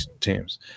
teams